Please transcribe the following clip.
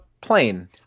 plane